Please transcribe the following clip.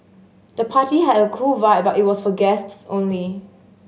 the party had a cool vibe but it was for guests only